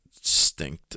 stinked